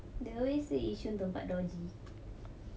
they always yishun tempat dodgy